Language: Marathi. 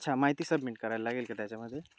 अच्छा माहिती सबमिट करायला लागेल का त्याच्यामध्ये